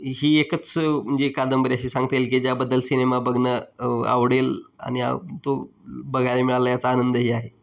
ही एकच म्हणजे कादंबरी अशी सांगता येईल की ज्याबद्दल सिनेमा बघणं आवडेल आणि आ तो बघायला मिळाला याचा आनंदही आहे